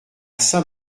saint